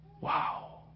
Wow